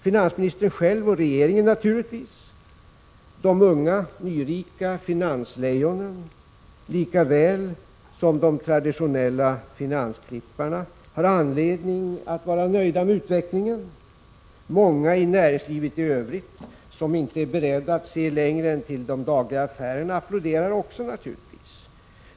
Finansministern själv och regeringen gör det naturligtvis. De unga nyrika finanslejonen lika väl som de traditionella finansklipparna har anledning att vara nöjda med utvecklingen. Många i näringslivet i övrigt, som inte är beredda att se längre än till de dagliga affärerna, applåderar också naturligtvis.